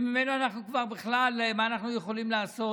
שממנו אנחנו כבר בכלל, מה אנחנו יכולים לעשות.